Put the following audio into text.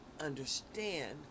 understand